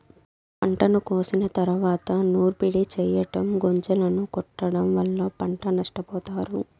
పంటను కోసిన తరువాత నూర్పిడి చెయ్యటం, గొంజలను కొట్టడం వల్ల పంట నష్టపోతారు